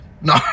No